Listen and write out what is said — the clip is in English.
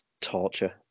torture